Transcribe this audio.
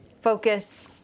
focus